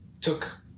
took